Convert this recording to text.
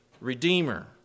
redeemer